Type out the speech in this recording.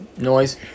Noise